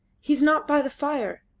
he is not by the fire.